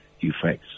effects